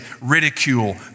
ridicule